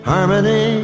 Harmony